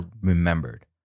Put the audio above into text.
remembered